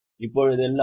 இப்போதெல்லாம் டி